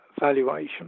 valuation